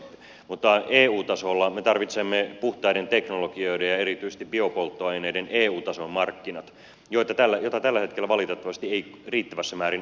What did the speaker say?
mutta eu tasolla me tarvitsemme puhtaiden teknologioiden ja erityisesti biopolttoaineiden eu tason markkinat joita tällä hetkellä valitettavasti ei riittävässä määrin ole